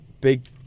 big